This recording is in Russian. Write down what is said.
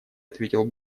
ответил